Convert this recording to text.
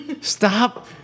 stop